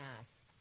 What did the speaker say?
ask